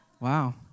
Wow